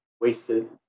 wasted